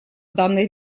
данной